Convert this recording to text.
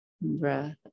Breath